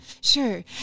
Sure